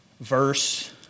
Verse